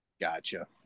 Gotcha